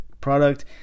product